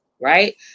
right